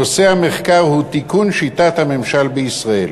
נושא המחקר הוא תיקון שיטת הממשל בישראל.